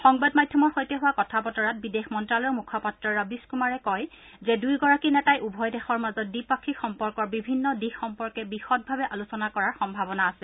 সংবাদ মাধ্যমৰ সৈতে হোৱা কথা বতৰাত বিদেশ মন্ত্যালয়ৰ মুখপাত্ৰ ৰবীশ কুমাৰে কয় যে দুয়োগৰাকী নেতাই উভয় দেশৰ মাজত দ্বিপাক্ষিক সম্পৰ্কৰ বিভিন্ন দিশ সম্পৰ্কে বিশদভাৱে আলোচনা কৰাৰ সম্ভাৱনা আছে